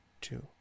two